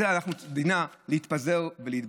דינה להתפזר ולהתבטל.